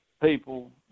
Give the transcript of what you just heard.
people